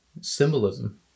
symbolism